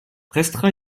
restera